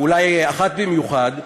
אולי אחת במיוחד,